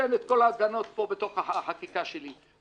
שאתן את כל ההגנות פה בתוך החקיקה שלי,